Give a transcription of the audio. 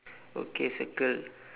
okay circle